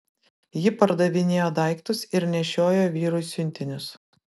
ji pardavinėjo daiktus ir nešiojo vyrui siuntinius